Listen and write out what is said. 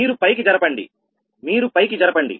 మీరు పైకి జరపండి మీరు పైకి జరపండి